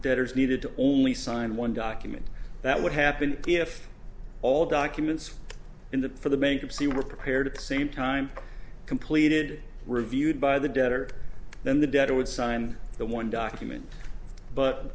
debtors needed to only sign one document that would happen if all documents in the for the bankruptcy were prepared the same time completed reviewed by the debtor then the debtor would sign the one document but